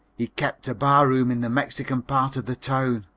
he kept a barroom in the mexican part of the town.